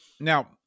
Now